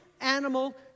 animal